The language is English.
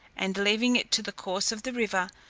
and leaving it to the course of the river,